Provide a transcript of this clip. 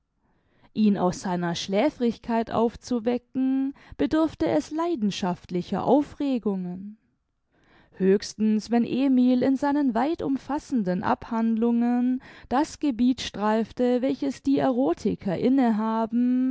ihn aus seiner schläfrigkeit aufzuwecken bedurfte es leidenschaftlicher aufregungen höchstens wenn emil in seinen weit umfassenden abhandlungen das gebiet streifte welches die erotiker